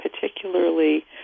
particularly